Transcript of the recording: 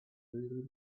really